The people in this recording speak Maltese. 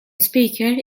speaker